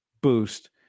boost